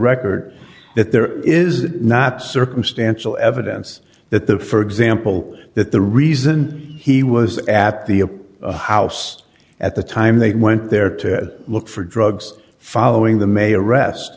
record that there is not circumstantial evidence that the for example that the reason he was at the house at the time they went there to look for drugs following the may arrest